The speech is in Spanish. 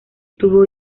tuvo